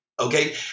Okay